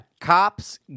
Cops